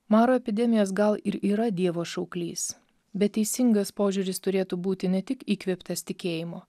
maro epidemijos gal ir yra dievo šauklys bet teisingas požiūris turėtų būti ne tik įkvėptas tikėjimo